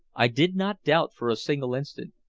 i did not doubt for a single instant.